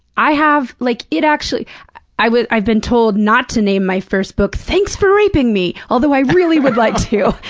i have like, it actually i was i've been told not to name my first book thanks for raping me, although i really would like to.